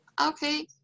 Okay